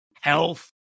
health